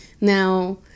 Now